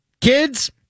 kids